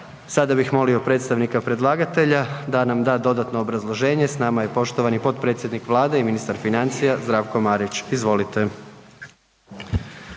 Sada bih molio predstavnika predlagatelja da nam da dodatno obrazloženje, s nama je poštovani potpredsjednik Vlade i ministar financija, Zdravko Marić, izvolite.